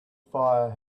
fire